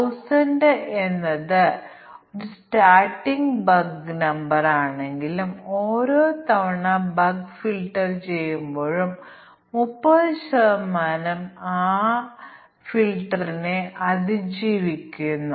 നിലനിൽക്കുന്ന സാഹചര്യങ്ങൾ സാധ്യമായ എല്ലാ അവസ്ഥകളും അവയുടെ മൂല്യങ്ങളുടെ സംയോജനവും ഞങ്ങൾ പരിഗണിക്കേണ്ടതുണ്ട് തുടർന്ന് എന്ത് പ്രവർത്തനങ്ങൾ നടക്കുമെന്ന് ഞങ്ങൾ തിരിച്ചറിയുന്നു